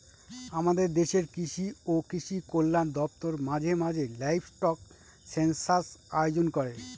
আমাদের দেশের কৃষি ও কৃষি কল্যাণ দপ্তর মাঝে মাঝে লাইভস্টক সেনসাস আয়োজন করে